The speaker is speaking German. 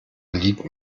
liegt